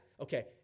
Okay